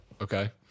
Okay